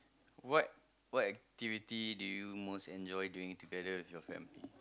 what what activity do you most enjoy doing together with your family